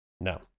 No